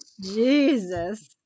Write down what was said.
jesus